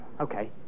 Okay